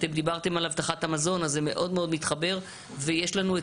דיברתם על אבטחת המזון אז זה מאוד מתחבר ויש לנו את